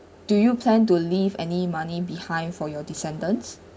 do you plan to leave any money behind for your descendants